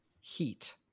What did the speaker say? Heat